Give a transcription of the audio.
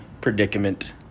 predicament